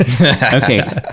Okay